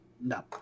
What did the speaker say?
No